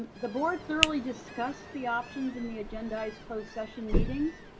um the board thoroughly discussed the options in the agendized closed session meetings.